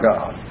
God